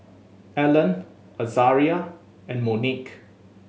Ellen Azaria and Monique